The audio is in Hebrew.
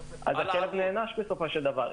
אבל הכלב נענש בסופו של דבר.